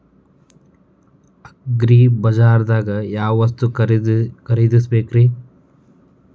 ಅಗ್ರಿಬಜಾರ್ದಾಗ್ ಯಾವ ವಸ್ತು ಖರೇದಿಸಬೇಕ್ರಿ?